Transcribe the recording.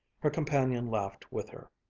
her companion laughed with her.